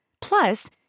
Plus